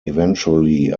eventually